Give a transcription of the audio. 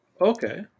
okay